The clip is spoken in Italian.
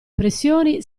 pressioni